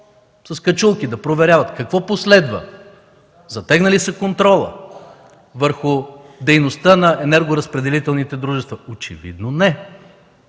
с качулки да проверяват. Какво последва? Затегна ли се контролът върху дейността на енергоразпределителните дружества? Очевидно не!